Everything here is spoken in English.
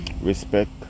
Respect